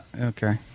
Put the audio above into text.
okay